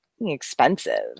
expensive